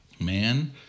man